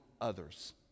others